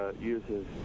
uses